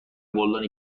گلدانی